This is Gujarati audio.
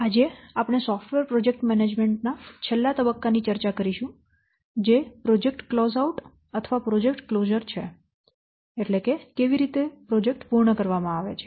આજે આપણે સોફ્ટવેર પ્રોજેક્ટ મેનેજમેન્ટ ચક્રના છેલ્લા તબક્કા ની ચર્ચા કરીશું જે પ્રોજેક્ટ ક્લોઝ આઉટ અથવા પ્રોજેક્ટ કલોઝર છે કેવી રીતે પ્રોજેક્ટ પૂર્ણ કરવામાં આવે છે